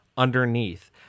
underneath